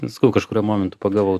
ten sakau kažkuriuo momentu pagavau